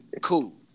Cool